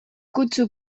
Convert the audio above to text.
kutsu